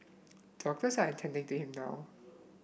doctors are attending to him now